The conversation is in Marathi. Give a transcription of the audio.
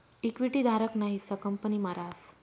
इक्विटी धारक ना हिस्सा कंपनी मा रास